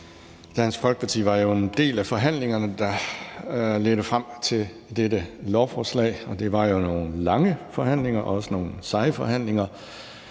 Dansk Folkeparti var jo en del af forhandlingerne, der ledte frem til dette lovforslag. Og det var jo nogle lange forhandlinger og også nogle seje forhandlinger